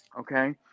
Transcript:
okay